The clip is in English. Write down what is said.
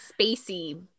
spacey